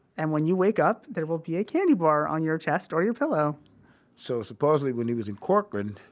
and when you wake up, there will be a candy bar on your chest or your pillow so supposedly when he was in corcoran,